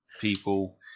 people